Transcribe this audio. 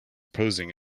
posing